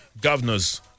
governors